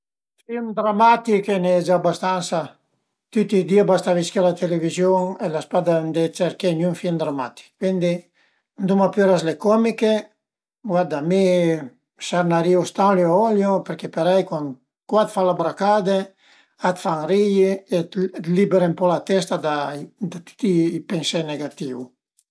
Film dramatich a i ën ie già bastansa tüti i di a basta visché la televiziun e l'as pa d'andé cerché gnün film dramatich, cuindi anduma püra s'le comiche, guarda mi sernarìu Stanlio e Olio perché parei cun cuat falabracade a t'fan ri-i e libere ën po la testa da tüti i pensé negatìu